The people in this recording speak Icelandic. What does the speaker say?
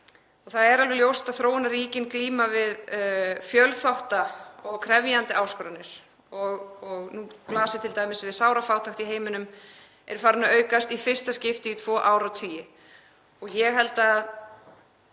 ár. Það er alveg ljóst að þróunarríkin glíma við fjölþættar og krefjandi áskoranir. Nú blasir t.d. við sárafátækt í heiminum er farin að aukast í fyrsta skipti í tvo áratugi. Ég held að